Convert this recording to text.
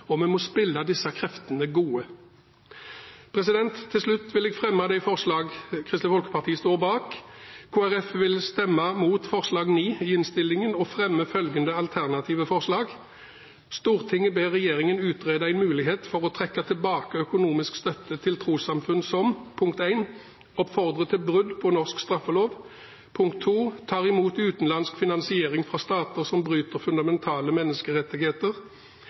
alvor. Vi må spille disse kreftene gode. Til slutt vil jeg fremme de forslagene Kristelig Folkeparti står bak. Kristelig Folkeparti vil stemme mot forslag nr. 9 i innstillingen, og vi fremmer følgende alternative forslag: «Stortinget ber regjeringen utrede en mulighet for å trekke tilbake økonomisk støtte til trossamfunn som: 1. oppfordrer til brudd på norsk straffelov, 2. tar imot utenlandsk finansiering fra stater som bryter fundamentale menneskerettigheter.